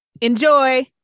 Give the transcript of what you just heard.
Enjoy